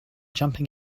jumping